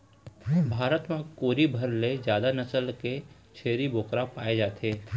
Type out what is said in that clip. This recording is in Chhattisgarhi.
भारत म कोरी भर ले जादा नसल के छेरी बोकरा पाए जाथे